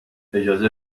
اجازه